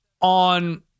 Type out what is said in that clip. on